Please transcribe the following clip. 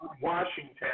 Washington